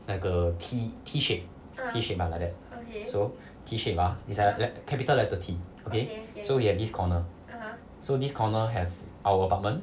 like a T T shape T shape ah like that so T shape ah is like a capital letter T okay so we have this corner so this corner have our apartment